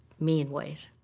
mean ways